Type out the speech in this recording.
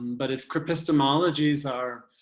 um but if cripistemologies are,